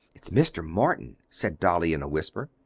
it's mr. morton, said dolly in a whisper.